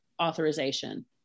authorization